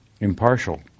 impartial